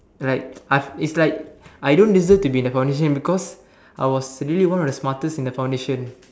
like us it's like I don't deserve to be in the foundation because I was really one of the smartest in the foundation